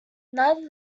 neither